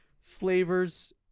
flavors